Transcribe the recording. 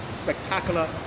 Spectacular